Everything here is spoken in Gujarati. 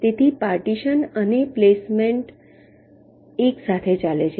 તેથી પાર્ટીશન અને પ્લેસમેન્ટ એકસાથે ચાલે છે